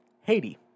Haiti